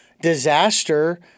disaster